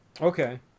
Okay